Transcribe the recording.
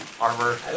armor